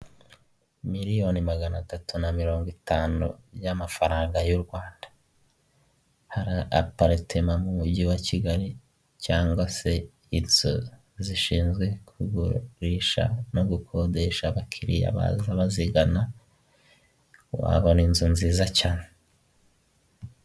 Miliyoni magana atatu na mirongo itanu y'amafaranga y'u Rwanda hari aparitoma mu mujyi wa Kigali cyangwa se zishinzwe kugurisha no gukodesha abakiriya baza bazigana, wahabona inzu nziza cyane.